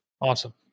Awesome